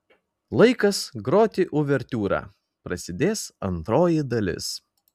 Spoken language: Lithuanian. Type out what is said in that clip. laikas groti uvertiūrą prasidės antroji dalis